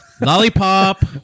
Lollipop